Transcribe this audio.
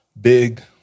big